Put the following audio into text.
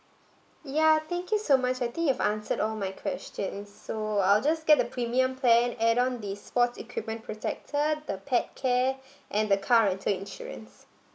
ya thank you so much I think you've answered all my questions so I'll just get the premium plan add on this sports equipment protector the pet care and the car rental insurance